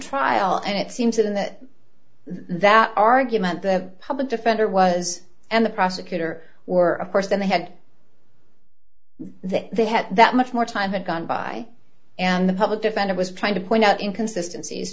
trial and it seems that in that that argument the public defender was and the prosecutor were of course then they had that they had that much more time had gone by and the public defender was trying to point out inconsistenc